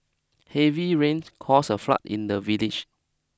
heavy rains caused a flood in the village